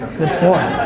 good form.